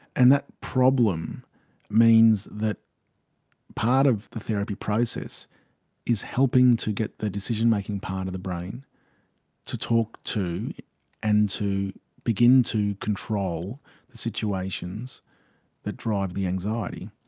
and that problem means that part of the therapy process is helping to get the decision-making part of the brain to talk to and to begin to control the situations that drive the anxiety.